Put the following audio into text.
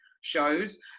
shows